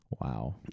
Wow